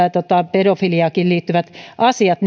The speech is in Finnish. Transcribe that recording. pedofiliaankin liittyvät asiat